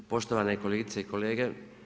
Poštovane kolegice i kolege.